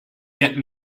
get